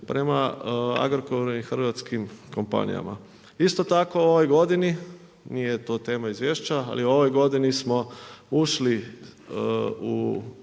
prema Agrokoru i hrvatskim kompanijama. Isto tako u ovoj godini, nije to tema izvješća, ali u ovoj godini smo ušli u